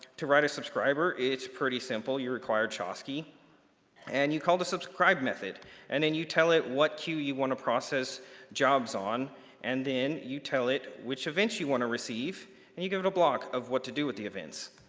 to write a subscriber, it's pretty simple. you're required chasqui and you call the subscribe method and then you tell it what queue you want to process jobs on and then you tell it which events you wanna receive and you give it a blog of what to do with the events.